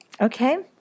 Okay